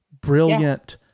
brilliant